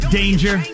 danger